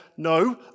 No